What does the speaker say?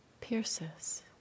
pierces